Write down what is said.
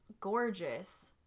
gorgeous